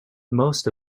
most